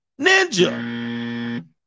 Ninja